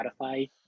Spotify